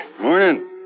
Morning